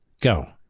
go